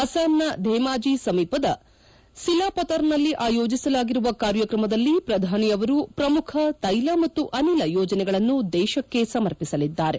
ಅಸ್ಸಾಂನ ಧೇಮಾಜಿ ಸಮೀಪದ ಸಿಲಾಪತರ್ನಲ್ಲಿ ಆಯೋಜಿಸಲಾಗಿರುವ ಕಾರ್ಯಕ್ರಮದಲ್ಲಿ ಪ್ರಧಾನಿಯವರು ಪ್ರಮುಖ ತೈಲ ಮತ್ತು ಅನಿಲ ಯೋಜನೆಗಳನ್ನು ದೇಶಕ್ಕೆ ಸಮರ್ಪಿಸಲಿದ್ದಾರೆ